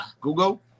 Google